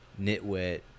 nitwit